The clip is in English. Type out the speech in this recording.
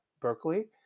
Berkeley